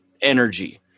energy